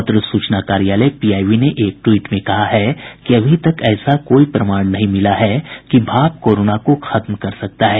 पत्र सूचना कार्यालय पीआईबी ने एक ट्वीट में कहा है कि अभी तक ऐसा कोई प्रमाण नहीं मिला है कि भाप कोरोना को खत्म कर सकता है